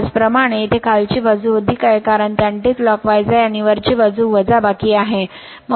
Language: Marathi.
त्याचप्रमाणे येथे खालची बाजू अधीक आहे कारण ती अँटीक्लॉकवाईज आहे आणि वरची बाजू वजाबाकी आहे